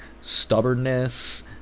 stubbornness